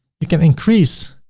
we can increase,